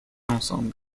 ensemble